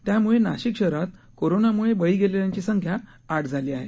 त्यामुळे नाशिक शहरात कोरोनामुळे बळी गेलेल्यांची संख्या आठ झाली आहे